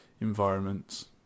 environments